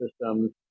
systems